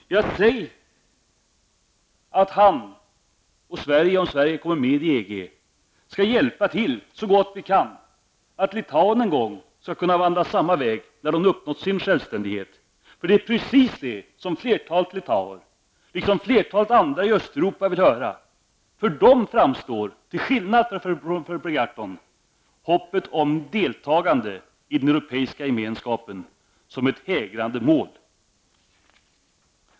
Per Gahrton kan säga att han och Sverige -- om Sverige kommer med i EG -- skall hjälpa till så gott vi kan för att Litauen en gång skall kunna vandra samma väg när det uppnått sin självständighet. Det är precis det som flertalet litauer, liksom flertalet människor i Östeuropa, vill höra. För dem framstår, till skillnad från för Per Gahrton -- hoppet om deltagande i den Europeiska gemenskapen som ett hägrande mål.